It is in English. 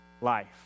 life